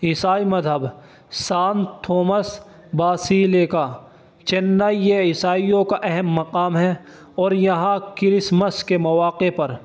عیسائی مذہب San Thomas Basilica Chennai یہ عیسائیوں کا اہم مقام ہے اور یہاں کرسمس کے مواقع پر